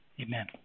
Amen